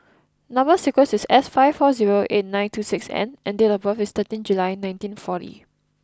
number sequence is S five four zero eight nine two six N and date of birth is thirteen July nineteen forty